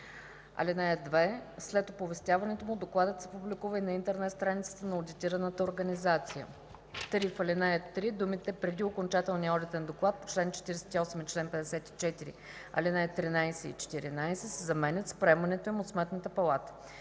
така: „(2) След оповестяването му, докладът се публикува и на интернет страницата на одитираната организация.” 3. В ал. 3 думите „преди окончателния одитен доклад по чл. 48 и чл. 54, ал. 13 и 14” се заменят с „приемането им от Сметната палата”.